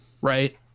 right